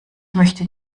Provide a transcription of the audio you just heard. möchte